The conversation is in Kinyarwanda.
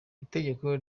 itegeko